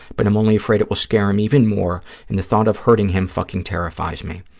but i'm only afraid it will scare him even more and the thought of hurting him fucking terrifies me.